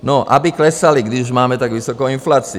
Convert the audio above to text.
No, aby klesaly, kdy už máme tak vysokou inflaci.